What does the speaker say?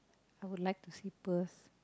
I would like to see Perth